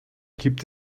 gibt